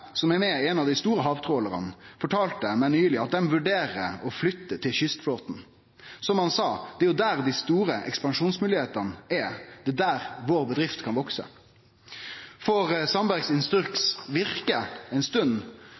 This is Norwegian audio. med i ein av dei store havtrålarane, fortalde meg nyleg at dei vurderer å flytte til kystflåten. Som han sa: Det er jo der dei store ekspansjonsmoglegheitene er, det er der vår bedrift kan vekse. Får Sandbergs instruks verke ei stund,